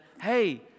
hey